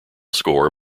score